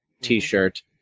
T-shirt